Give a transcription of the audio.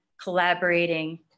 collaborating